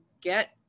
get